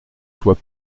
soit